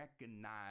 recognize